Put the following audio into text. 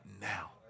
now